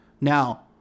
Now